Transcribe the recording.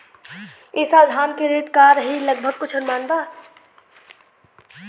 ई साल धान के रेट का रही लगभग कुछ अनुमान बा?